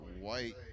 white